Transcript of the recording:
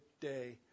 day